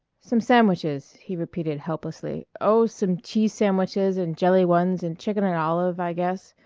some sandwiches, he repeated helplessly, oh, some cheese sandwiches and jelly ones and chicken and olive, i guess.